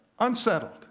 unsettled